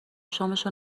شامشو